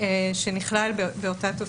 שנכלל באותה תוספת.